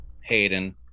Hayden